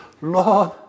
Lord